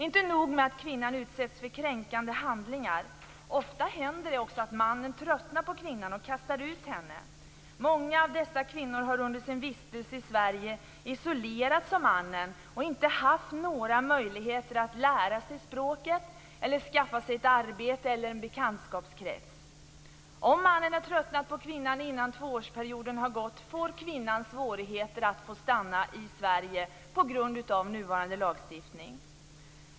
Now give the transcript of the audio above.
Inte nog med att kvinnan utsätts för kränkande handlingar, utan det händer också ofta att mannen tröttnar på kvinnan och kastar ut henne. Många av dessa kvinnor har under sin vistelse i Sverige isolerats av mannen och inte haft några möjligheter att lära sig språket, skaffa sig ett arbete eller en bekantskapskrets. Om mannen har tröttnat på kvinnan innan tvåårsperioden har gått får kvinnan svårigheter att få stanna i Sverige på grund av nuvarande lagstiftning.